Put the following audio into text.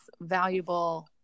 valuable